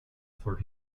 for